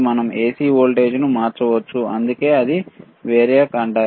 మనం AC వోల్టేజ్ను మార్చవచ్చు అందుకే దీనిని వేరియాక్ అంటారు